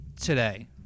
today